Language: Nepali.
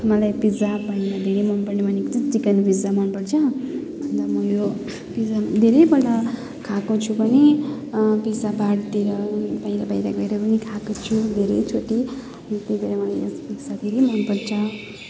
मलाई पिजाभरिमा धेरै मनपर्ने भनेको चाहिँ चिकेन पिजा मनपर्छ अन्त म यो पिजा धेरैपल्ट खाएको छु पनि पिजा बारतिर बाहिर बाहिर गएर पनि खाएको छु धेरैचोटि अनि त्यही भएर मलाई यस पिजा धेरै मनपर्छ